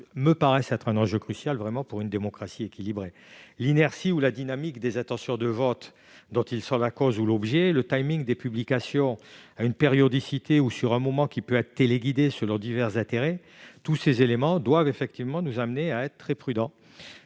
me paraît un enjeu crucial pour une démocratie équilibrée. L'inertie ou la dynamique des intentions de vote dont ils sont la cause ou l'objet, le des publications à un moment qui peut être téléguidé selon divers intérêts : tous ces éléments doivent nous amener à être très prudents